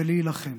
ולהילחם